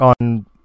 on